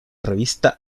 revista